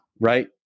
right